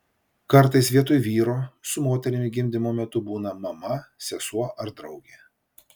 kartais vietoj vyro su moterimi gimdymo metu būna mama sesuo ar draugė